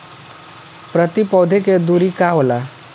प्रति पौधे के दूरी का होला?